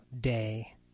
day